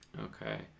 okay